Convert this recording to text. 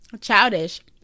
childish